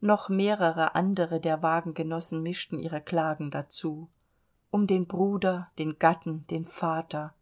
noch mehrere andere der wagengenossen mischten ihre klagen dazu um den bruder den gatten den vater